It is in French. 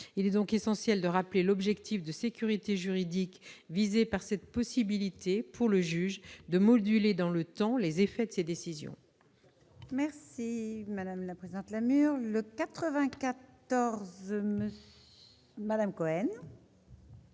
Il est donc essentiel de rappeler l'objectif de sécurité juridique visé par cette possibilité, pour le juge, de moduler dans le temps les effets de ses décisions. Les deux amendements suivants sont